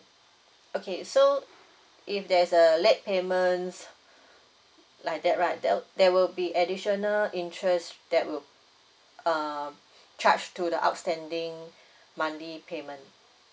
okay so if there's a late payment s~ like that right there'll there will be additional interest that would err charge to the outstanding monthly payment